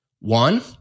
One